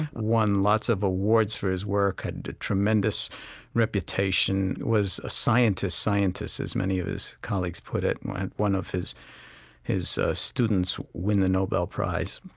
won lots of awards for his work, had tremendous reputation was a scientist's scientist as many of his colleagues put it. had one of his his students win the nobel prize.